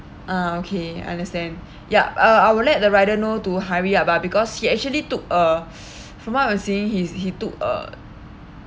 uh okay I understand ya uh I would let the rider know to hurry up ah because he actually took a from what I was seeing he he took a